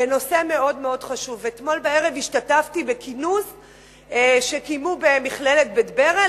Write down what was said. אתמול בערב השתתפתי בכינוס שקיימו במכללת בית-ברל,